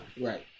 Right